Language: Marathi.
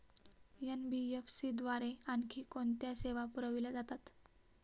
एन.बी.एफ.सी द्वारे आणखी कोणत्या सेवा पुरविल्या जातात?